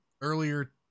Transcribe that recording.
earlier